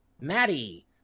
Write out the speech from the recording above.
Maddie